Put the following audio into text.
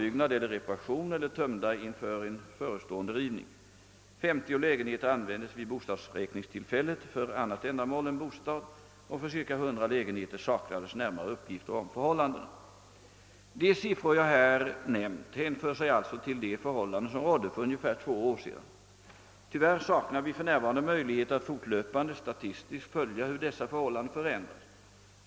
genheter saknades närmare uppgifter om förhållandena. De siffror jag här nämnt hänför sig alltså till de förhållanden som rådde för ungefär två år sedan. Tyvärr saknar vi för närvarande möjligheter att fortlöpande statistiskt följa hur dessa förhållanden förändras.